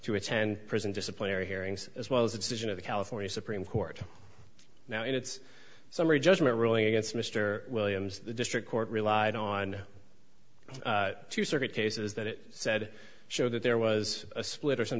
to attend prison disciplinary hearings as well as the decision of the california supreme court now in its summary judgment ruling against mr williams the district court relied on two circuit cases that it said show that there was a split or some